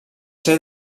ser